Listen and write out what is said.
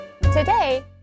Today